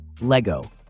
LEGO